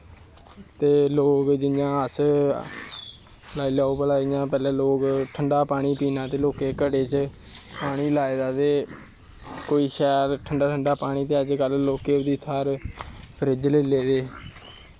ते लोग जियां अस लाई लैते ठंडा पानी पीनां ते लोग घड़े च पानी लाए दा ते कोई शैल ठंडा ठंजा पानी ते अज्ज कल लोकें गी थाह्र फ्रिज्ज लेई ले दे